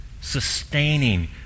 sustaining